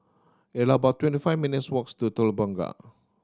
it about twenty five minutes walks to Telok Blangah